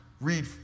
Read